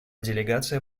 делегация